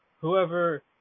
whoever